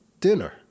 dinner